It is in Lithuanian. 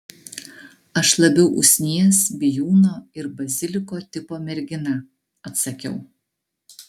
aš labiau usnies bijūno ir baziliko tipo mergina atsakiau